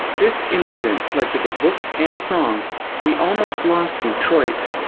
this incident led to the book and song we almost lost detroit.